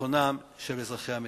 וביטחונם של אזרחי המדינה.